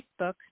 Facebook